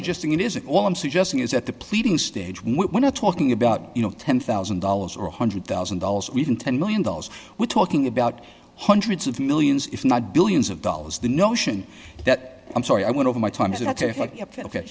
suggesting it is all i'm suggesting is that the pleading stage we're not talking about you know ten thousand dollars or one hundred thousand dollars within ten one million dollars we're talking about hundreds of millions if not billions of dollars the notion that i'm sorry i went over my time